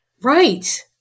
Right